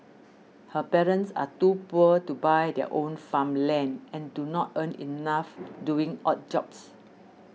her parents are too poor to buy their own farmland and do not earn enough doing odd jobs